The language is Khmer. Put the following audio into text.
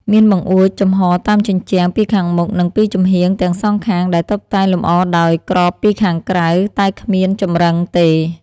មានបង្អួចចំហតាមជញ្ជាំងពីខាងមុខនិងពីចំហៀងទាំងសងខាង ដែលតុបតែងលម្អដោយក្របពីខាងក្រៅ តែគ្មានចម្រឹងទេ។